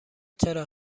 چرا